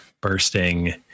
bursting